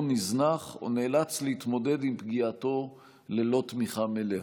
נזנח או נאלץ להתמודד עם פגיעתו ללא תמיכה מלאה.